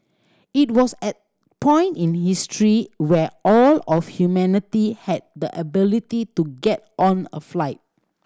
it was at point in history where all of humanity had the ability to get on a flight